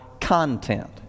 content